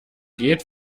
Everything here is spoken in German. geht